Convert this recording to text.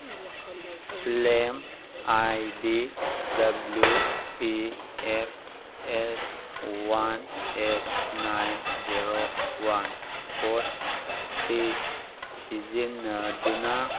claim I D W T X S one eight nine zero one four ꯑꯁꯤ ꯁꯤꯖꯤꯟꯅꯗꯨꯅ